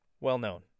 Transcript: Well-known